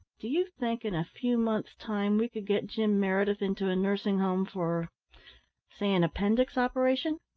do you think in a few months' time we could get jim meredith into a nursing home for say an appendix operation?